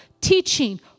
teaching